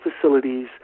facilities